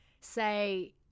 Say